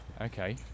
Okay